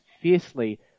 fiercely